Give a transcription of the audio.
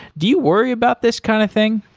do you worry about this kind of thing?